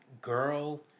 girl